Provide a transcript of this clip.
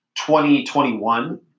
2021